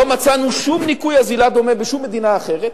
לא מצאנו שום ניכוי אזילה דומה בשום מדינה אחרת